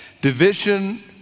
Division